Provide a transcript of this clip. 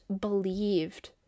believed